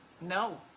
No